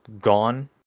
gone